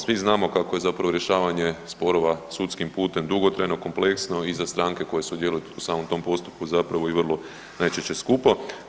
Svi znamo kakvo je zapravo rješavanje sporova sudskim putem dugotrajno, kompleksno i za stranke koje sudjeluju u samom tom postupku zapravo i vrlo najčešće skupo.